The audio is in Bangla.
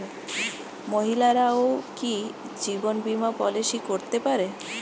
মহিলারাও কি জীবন বীমা পলিসি করতে পারে?